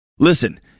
Listen